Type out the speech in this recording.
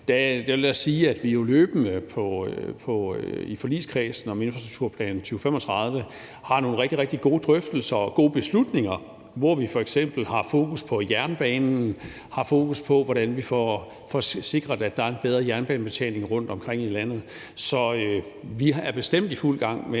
vil jeg sige, at vi jo løbende i forligskredsen om »Infrastrukturplan 2035« har nogle rigtig, rigtig gode drøftelser og gode beslutninger, hvor vi f.eks. har fokus på jernbanen, har fokus på, hvordan vi får sikret, at der er en bedre jernbanebetjening rundtomkring i landet. Så vi er bestemt i fuld gang med